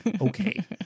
Okay